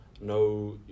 no